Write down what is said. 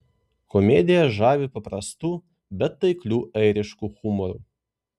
komedija žavi paprastu bet taikliu airišku humoru